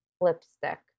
lipstick